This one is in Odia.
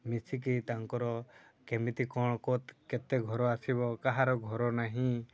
ମିଶିକି ତାଙ୍କର କେମିତି କ'ଣ କେତେ ଘର ଆସିବ କାହାର ଘର ନାହିଁ